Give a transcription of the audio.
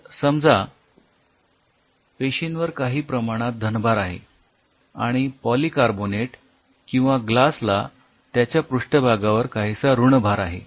तर आता समजा पेशींवर काही प्रमाणात धनभार आहे आणि पॉलीकार्बोनेट किंवा ग्लासला त्याच्या पृष्ठभागावर काहीसा ऋणभार आहे